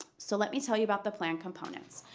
so let me tell you about the plan components.